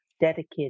dedicated